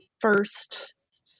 first